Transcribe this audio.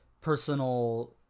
personal